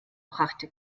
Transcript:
brachte